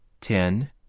ten